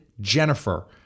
Jennifer